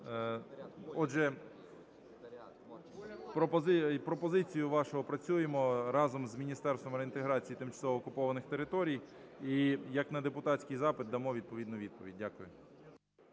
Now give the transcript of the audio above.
Отже, пропозицію вашу опрацюємо разом з Міністерством реінтеграції тимчасово окупованих територій і як на депутатський запит дамо відповідну відповідь. Дякую.